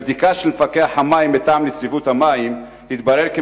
בבדיקה של מפקח המים מטעם נציבות המים התברר כי